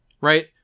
right